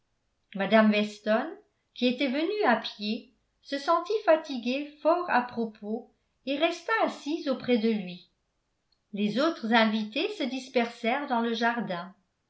mme weston qui était venue à pied se sentit fatiguée fort à propos et resta assise auprès de lui les autres invités se dispersèrent dans le jardin